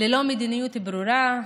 ללא מדיניות ברורה,